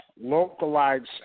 localized